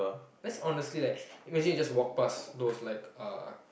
that's honestly like imagine you just walk past those like uh